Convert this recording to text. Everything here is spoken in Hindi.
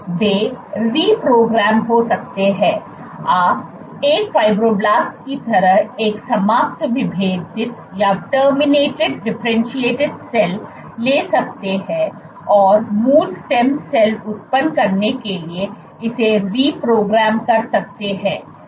वे रिप्रोग्राम हो सकते हैं आप एक फ़ाइब्रोब्लास्ट की तरह एक समाप्त विभेदित सेल ले सकते हैं और मूल स्टेम सेल उत्पन्न करने के लिए इसे रीप्रोग्राम कर सकते हैं